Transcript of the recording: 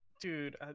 Dude